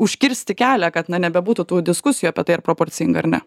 užkirsti kelią kad na nebebūtų tų diskusijų apie tai ar proporcinga ar ne